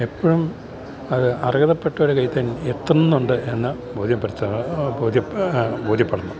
എപ്പോഴും അത് അർഹതപ്പെട്ടൊരു കൈയില്ത്തന്നെ എത്തുന്നുണ്ട് എന്ന് ബോധ്യപ്പെടണം